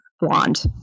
blonde